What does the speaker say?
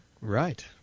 Right